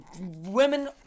Women